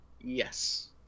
Yes